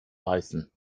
reißen